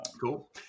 Cool